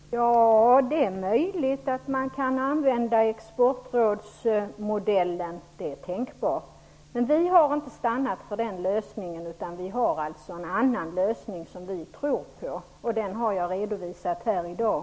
Herr talman! Det är mycket möjligt att man kan använda Exportrådsmodellen. Det är tänkbart. Vi har inte stannat för den lösningen. Vi har en annan lösning som vi tror på. Den har jag redovisat här i dag.